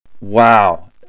Wow